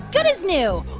good as new.